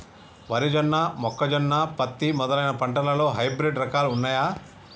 వరి జొన్న మొక్కజొన్న పత్తి మొదలైన పంటలలో హైబ్రిడ్ రకాలు ఉన్నయా?